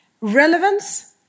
Relevance